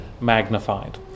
magnified